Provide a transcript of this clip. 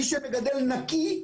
מי שמגדל נקי,